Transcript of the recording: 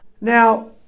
now